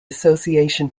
association